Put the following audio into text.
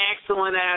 excellent